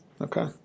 Okay